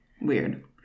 Weird